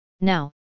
Now